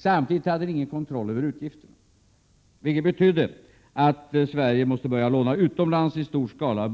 Samtidigt hade ni ingen kontroll över utgifterna, vilket betydde att Sverige måste börja låna utomlands i stor skala.